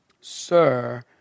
Sir